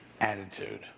attitude